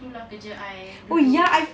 tu lah kerja I dulu